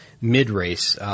mid-race